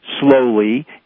slowly